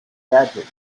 gadget